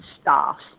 staff